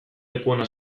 lekuona